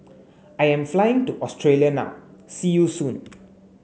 I am flying to Australia now see you soon